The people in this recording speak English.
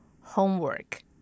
homework